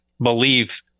believe